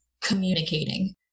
communicating